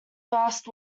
vast